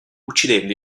uccidendo